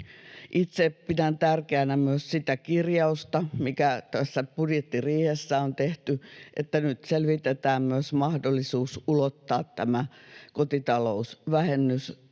Itse pidän tärkeänä myös sitä kirjausta, mikä tässä budjettiriihessä on tehty, että nyt selvitetään myös mahdollisuus ulottaa tämä kotitalousvähennys